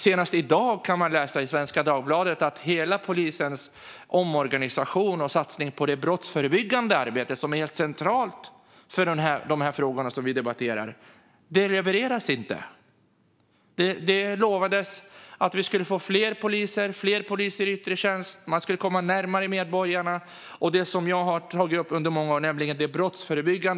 Senast i dag kan man läsa i Svenska Dagbladet att den omorganiserade polisens satsning på det brottsförebyggande arbetet, som är helt centralt för de frågor som vi debatterar, inte levereras. Det lovades att vi skulle få fler poliser i yttre tjänst, och man skulle komma närmare medborgarna. Jag har tagit upp det brottsförebyggande arbetet under många år.